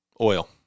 oil